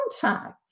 contact